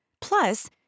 Plus